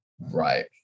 Right